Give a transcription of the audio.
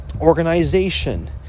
organization